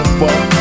fuck